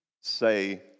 say